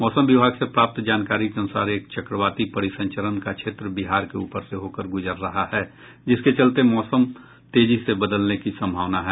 मौसम विभाग से प्राप्त जानकारी के अनुसार एक चक्रवाती परिसंचरण का क्षेत्र बिहार के ऊपर से होकर गुजर रहा है जिसके चलते मौसम तेजी से बदलने की सम्भावना है